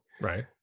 Right